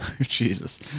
Jesus